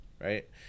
right